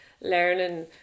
learning